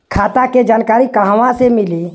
खाता के जानकारी कहवा से मिली?